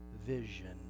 vision